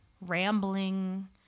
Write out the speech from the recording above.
rambling